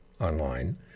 online